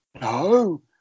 No